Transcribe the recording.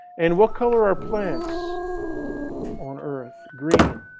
and what color are plants on earth? green.